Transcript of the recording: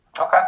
Okay